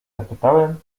zapytałem